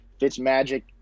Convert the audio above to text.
Fitzmagic